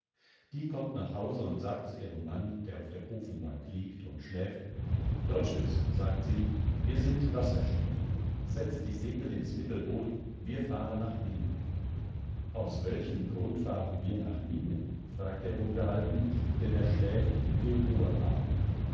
die kommt nach hause und sagt zu ihrem mann der auf der ofenbank liegt und schläft doczys sagt sie hier sind die wasserstiefel setz die segel ins mittelboot wir fahren nach minge aus welchem grund fahren wir nach minge fragt er ungehalten denn er schläft will ruhe haben